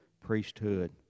priesthood